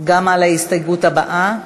גם על ההסתייגות הבאה,